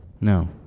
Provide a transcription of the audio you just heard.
No